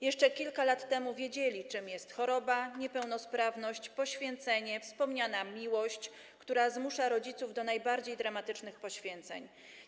Jeszcze kilka lat temu wiedzieli, czym jest choroba, niepełnosprawność, poświęcenie, wspomniana miłość, która zmusza rodziców do najbardziej dramatycznych poświęceń.